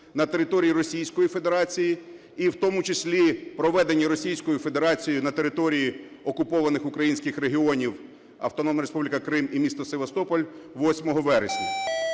на території Російської Федерації і в тому числі проведені Російською Федерацією на території окупованих українських регіонів – Автономна Республіка Крим і місто Севастополь 8 вересня.